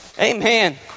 Amen